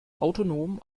autonom